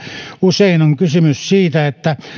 usein on kysymys siitä että